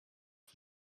for